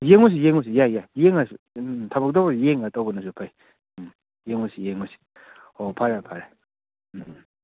ꯌꯦꯡꯉꯨꯁꯤ ꯌꯦꯡꯨꯁꯤ ꯌꯥꯏ ꯌꯥꯏ ꯌꯦꯡꯉꯁꯨ ꯑꯗꯨꯝ ꯊꯕꯛ ꯇꯧꯕꯁꯦ ꯌꯦꯡꯉꯒ ꯇꯧꯕꯅꯁꯨ ꯐꯩ ꯎꯝ ꯌꯦꯡꯉꯨꯁꯤ ꯌꯦꯡꯉꯨꯁꯤ ꯍꯣ ꯐꯔꯦ ꯐꯔꯦ ꯎꯝ ꯍꯨꯝ